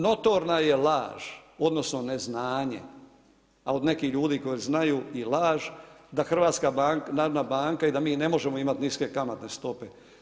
Notorna je laž odnosno neznanje, a od nekih ljudi koji znaju i laž da HNB i da mi ne možemo imati niske kamatne stope.